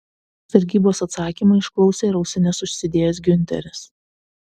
sargybos atsakymą išklausė ir ausines užsidėjęs giunteris